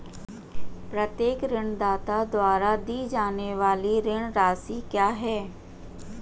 प्रत्येक ऋणदाता द्वारा दी जाने वाली ऋण राशि क्या है?